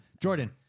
Jordan